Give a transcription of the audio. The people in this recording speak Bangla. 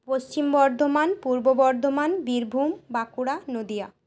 পশ্চিম বর্ধমান পূর্ব বর্ধমান বীরভূম বাঁকুড়া নদিয়া